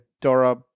Dora